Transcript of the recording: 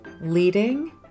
Leading